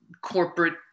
corporate